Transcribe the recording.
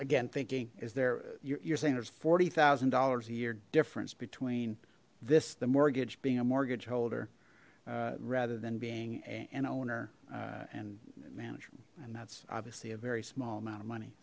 again thinking is there you're saying there's forty thousand dollars a year difference between this the mortgage being a mortgage holder rather than being an owner and management and that's obviously a very small amount of money